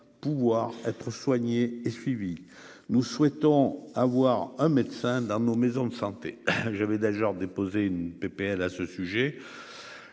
pouvoir être soigné et suivi, nous souhaitons avoir un médecin dans nos maisons de santé, j'avais d'ailleurs déposé une PPL à ce sujet,